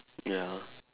ya